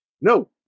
no